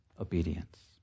obedience